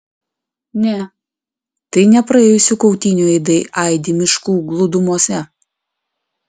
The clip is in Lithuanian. ne tai ne praėjusių kautynių aidai aidi miškų glūdumose